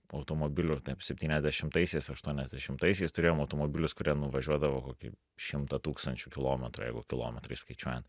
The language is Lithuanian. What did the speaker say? automobilių taip septyniasdešimtaisiais aštuoniasdešimtaisiais turėjom automobilius kurie nuvažiuodavo kokį šimtą tūkstančių kilometrų jeigu kilometrais skaičiuojant